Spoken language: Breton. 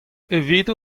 evito